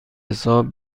حساب